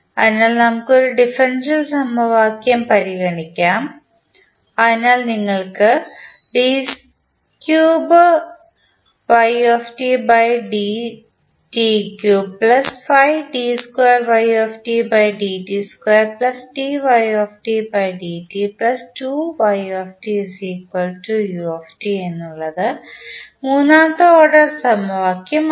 അതിനാൽ നമുക്ക് ഒരു ഡിഫറൻഷ്യൽ സമവാക്യം പരിഗണിക്കാം അതിനാൽ നിങ്ങൾക്ക് ഉള്ളത് മൂന്നാമത്തെ ഓർഡർ സമവാക്യം ആണ്